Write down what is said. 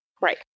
right